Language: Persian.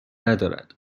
ندارد